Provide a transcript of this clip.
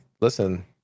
listen